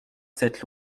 cette